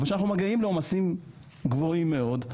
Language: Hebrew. אבל כשאנחנו מגיעים לעומסים גבוהים מאוד,